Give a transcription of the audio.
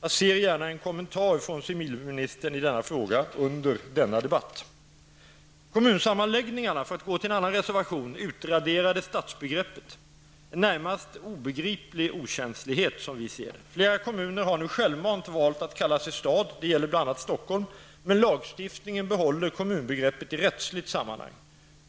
Jag ser gärna en kommentar från civilministern i denna fråga, under denna debatt. Kommunsammanläggningarna -- för att gå till en annan reservation -- utraderade stadsbegreppet. En närmast obegriplig okänslighet. Flera kommuner har nu självmant valt att kalla sig stad, det gäller bl.a. Stockholm, men lagstiftningen behåller kommunbegreppet i rättsligt sammanhang.